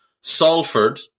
Salford